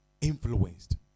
Influenced